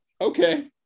Okay